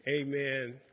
Amen